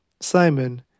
Simon